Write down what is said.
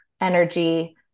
energy